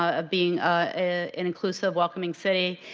of being ah an inclusive, welcoming city,